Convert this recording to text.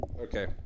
Okay